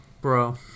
Bro